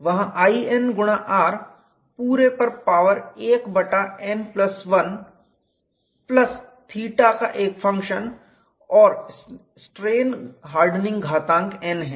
वहां In r पूरे पर पावर 1 बटा n प्लस 1 प्लस θ का एक फंक्शन और स्ट्रेन हार्डनिंग घातांक n है